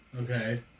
Okay